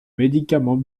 médicaments